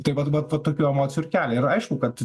tai vat va tokių emocijų ir kelia ir aišku kad